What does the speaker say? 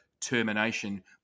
termination